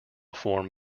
form